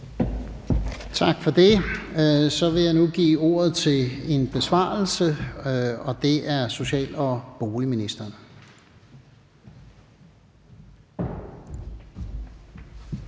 Tak for det. Så vil jeg nu give ordet til social- og boligministeren